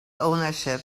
ownership